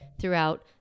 throughout